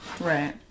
Right